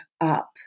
up